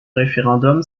référendum